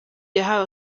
yahawe